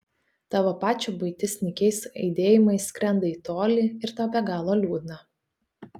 tavo pačio buitis nykiais aidėjimais skrenda į tolį ir tau be galo liūdna